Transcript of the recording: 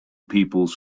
peoples